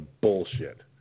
bullshit